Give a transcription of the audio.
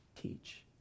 teach